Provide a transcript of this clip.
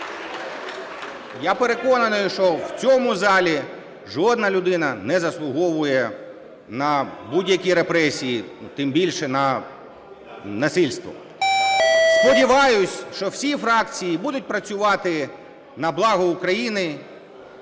Я переконаний, що в цьому залі жодна людина не заслуговує на будь-які репресії, тим більше – на насильство. Сподіваюсь, що всі фракції будуть працювати на благо України